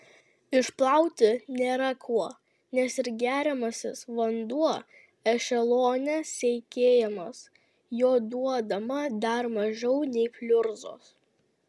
išplauti nėra kuo nes ir geriamasis vanduo ešelone seikėjamas jo duodama dar mažiau nei pliurzos